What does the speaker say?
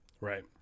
Right